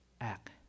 act